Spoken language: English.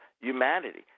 humanity